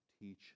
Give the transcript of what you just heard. teach